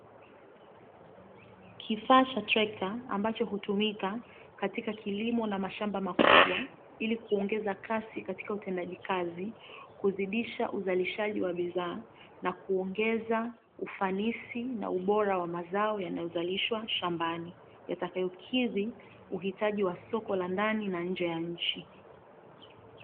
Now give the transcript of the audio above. Kifaa cha trekta, ambacho hutumika katika kilimo na mashamba makubwa, ili kuongeza kasi katika utendaji kazi, kuzidisha uzalishaji wa bidhaa, na kuongeza ufanisi, na ubora wa mazao yanayozalishwa shambani, yatakayokidhi uhitaji wa soko la ndani na nje ya nchi.